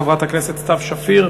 חברת הכנסת סתיו שפיר,